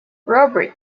robert